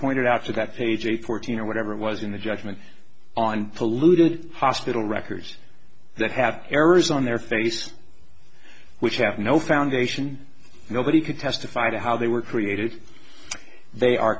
pointed out to that page eight fourteen or whatever it was in the judgment on polluted hospital records that have errors on their face which have no foundation nobody could testify to how they were created they are